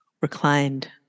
reclined